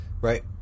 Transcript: Right